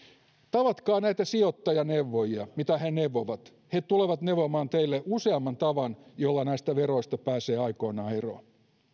tavatkaa näitä sijoittajaneuvojia mitä he neuvovat he tulevat neuvomaan teille useamman tavan jolla näistä veroista pääsee aikanaan eroon